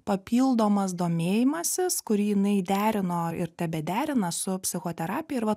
papildomas domėjimasis kurį jinai derino ir tebederina su psichoterapija ir va